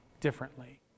differently